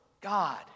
God